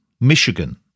Michigan